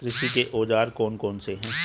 कृषि के औजार कौन कौन से हैं?